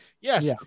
yes